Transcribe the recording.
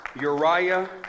Uriah